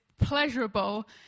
pleasurable